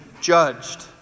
judged